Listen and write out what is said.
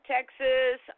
Texas